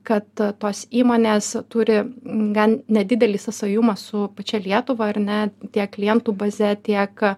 kad tos įmonės turi gan nedidelį sąsajumą su pačia lietuva ar ne tiek klientų baze tiek